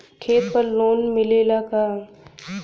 खेत पर लोन मिलेला का?